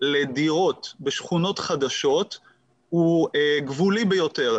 לדיור בשכונות חדשות הוא גבולי ביותר.